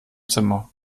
zimmer